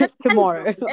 tomorrow